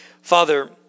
Father